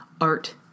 art